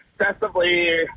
excessively